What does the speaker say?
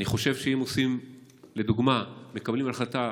אני חושב שאם לדוגמה מקבלים החלטה